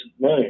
moon